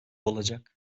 olacak